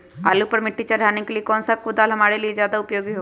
आलू पर मिट्टी चढ़ाने के लिए कौन सा कुदाल हमारे लिए ज्यादा उपयोगी होगा?